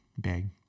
big